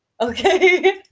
Okay